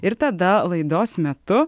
ir tada laidos metu